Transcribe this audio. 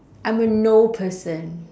I'm a know person